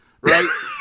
Right